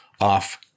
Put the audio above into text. off